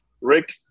Rick